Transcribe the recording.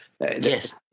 Yes